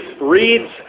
reads